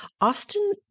Austin